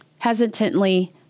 Hesitantly